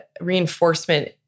reinforcement